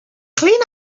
clean